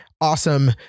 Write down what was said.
awesome